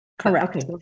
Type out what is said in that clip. Correct